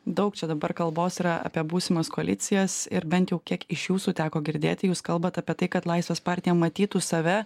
daug čia dabar kalbos yra apie būsimas koalicijas ir bent jau kiek iš jūsų teko girdėti jūs kalbate apie tai kad laisvės partija matytų save